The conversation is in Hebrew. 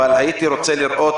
אבל הייתי רוצה גם לראות